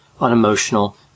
unemotional